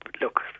look